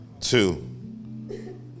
two